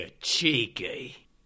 cheeky